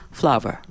Flower